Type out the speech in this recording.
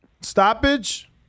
Stoppage